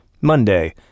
Monday